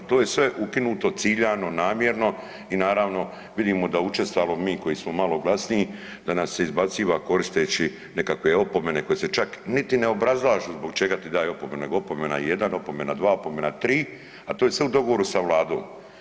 To je sve ukinuto ciljano, namjerno i naravno vidimo da učestalo mi koji smo malo glasniji da nas se izbacuje koristeći nekakve opomene koje se čak niti ne obrazlažu zbog čega ti daju opomenu, nego opomena 1, opomena 2, opomena 3, a to je sve u dogovoru sa Vladom.